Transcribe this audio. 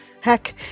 Heck